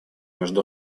между